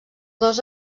dos